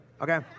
Okay